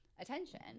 attention